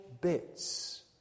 bits